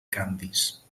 canvis